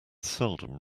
seldom